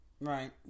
Right